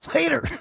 Later